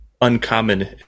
uncommon